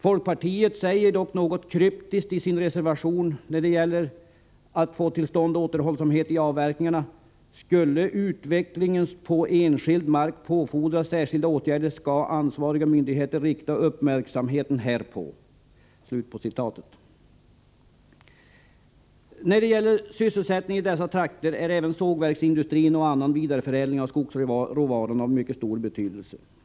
Folkpartiet säger dock något kryptiskt i sin reservation när det gäller att få till stånd återhållsamhet i avverkningarna: ”Skulle utvecklingen på enskild mark påfordra särskilda åtgärder utgår utskottet från att ansvariga myndigheter riktar uppmärksamheten härpå.” När det gäller sysselsättningen i dessa trakter är även sågverksindustrin och annan vidareförädling av skogsråvaran av stor betydelse.